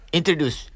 Introduce